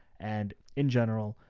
and in general,